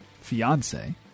fiance